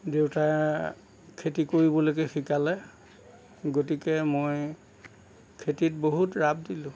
দেউতাই খেতি কৰিবলৈকে শিকালে গতিকে মই খেতিত বহুত ৰাপ দিলোঁ